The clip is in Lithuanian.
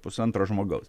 pusantro žmogaus